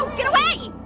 get away!